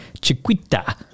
Chiquita